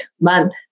month